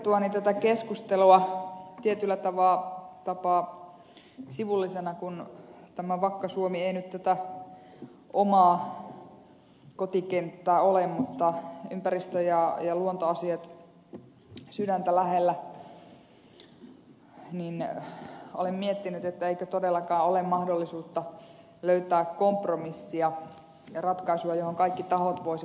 seurattuani tätä keskustelua tietyllä tapaa sivullisena kun tämä vakka suomi ei nyt tätä omaa kotikenttää ole mutta ympäristö ja luontoasiat sydäntä lähellä olen miettinyt että eikö todellakaan ole mahdollisuutta löytää kompromissia ja ratkaisua johon kaikki tahot voisivat sitoutua